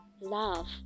love